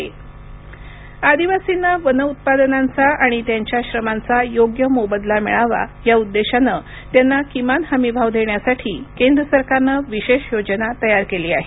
दय्यम वन उत्पादन आदिवासींना वन उत्पादनांचा आणि त्यांच्या श्रमांचा योग्य मोबदला मिळावा या उद्देशानं त्यांना किमान हमीभाव देण्यासाठी केंद्र सरकारनं विशेष योजना तयार केली आहे